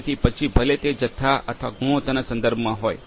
તેથી પછી ભલે તે જથ્થા અથવા ગુણવત્તાના સંદર્ભમાં હોય